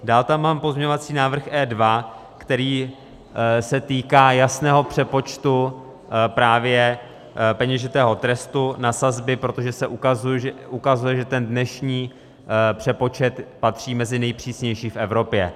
Dál tam mám pozměňovací návrh E2, který se týká jasného přepočtu právě peněžitého trestu na sazby, protože se ukazuje, že ten dnešní přepočet patří mezi nejpřísnější v Evropě.